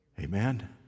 Amen